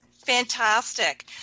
Fantastic